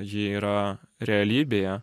ji yra realybėje